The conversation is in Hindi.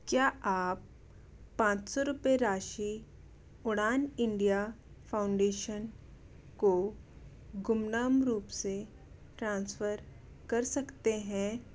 क्या आप पाँच सौ रुपये राशि उड़ान इंडिया फाउंडेशन को गुमनाम रूप से ट्रांसफ़र कर सकते हैं